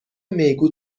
میگو